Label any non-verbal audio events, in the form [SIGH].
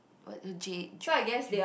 what to J [NOISE] J